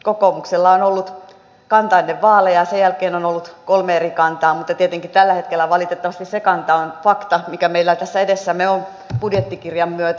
kokoomuksella on ollut kanta ennen vaaleja ja sen jälkeen on ollut kolme eri kantaa mutta tietenkin tällä hetkellä valitettavasti se kanta on fakta mikä meillä tässä edessämme on budjettikirjan myötä